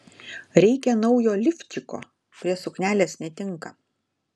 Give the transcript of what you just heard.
reikia naujo lifčiko prie suknelės netinka